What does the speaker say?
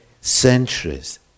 centuries